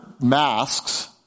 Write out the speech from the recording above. masks